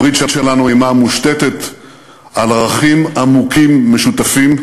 הברית שלנו עמה מושתתת על ערכים עמוקים משותפים,